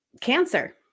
cancer